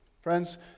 friends